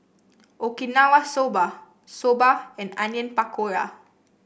Okinawa Soba Soba and Onion Pakora